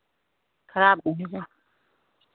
खराब नहीं है